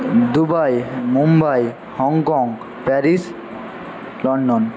Dubai Mumbai Hong Kong Paris London